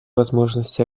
возможности